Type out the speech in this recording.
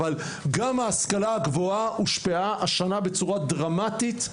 אבל גם ההשכלה הגבוהה הושפעה השנה בצורה דרמטית,